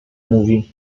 mówi